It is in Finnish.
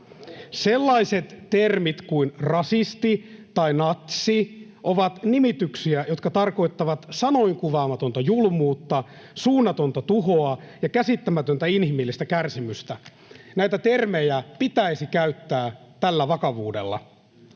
Sellaiset termit kuin ”rasisti” ja ”natsi” ovat nimityksiä, jotka tarkoittavat sanoin kuvaamatonta julmuutta, suunnatonta tuhoa ja käsittämätöntä inhimillistä kärsimystä. Näitä termejä pitäisi käyttää tällä vakavuudella.